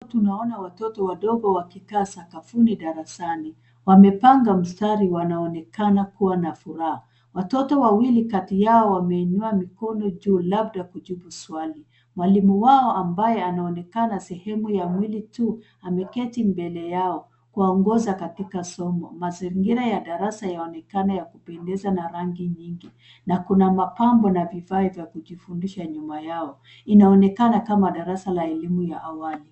Tunaona watoto wadogo wakikaa sakafuni darasani. Wamepanga mstari. Wanaonekana kuwa na furaha, watoto wawili kati yao wameinua mikono juu labda kujibu swali. Mwalimu wao ambaye anaonekana sehemu ya mwili tu, ameketi mbele yao kuwaongoza katika somo. Mazingira ya darasa yaonekana ya kupendeza na rangi nyingi na kuna mapambo na vifaa vya kujifundisha. Nyuma yao inaonekana kama darasa la elimu ya awali.